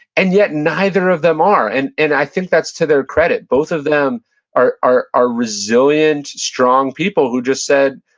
and yet neither of them are, and and i think that's to their credit. both of them are are resilient, strong people who just said,